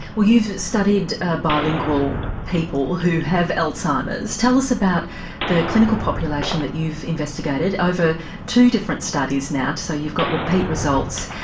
well you've studied bilingual people who have alzheimer's, tell us about the clinical population that you've investigated over two different studies now, so you've got repeat results.